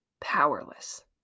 powerless